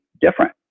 different